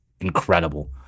incredible